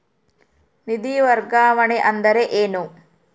ನಿಧಿ ವರ್ಗಾವಣೆ ಅಂದರೆ ಏನು?